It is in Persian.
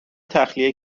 تخلیه